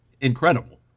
incredible